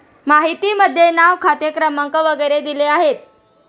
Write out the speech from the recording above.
माहितीमध्ये नाव खाते क्रमांक वगैरे दिले आहेत